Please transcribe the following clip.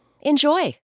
enjoy